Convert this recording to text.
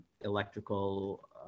electrical